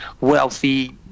wealthy